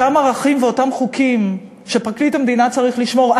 אותם ערכים ואותם חוקים שפרקליט המדינה צריך לשמור,